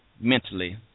mentally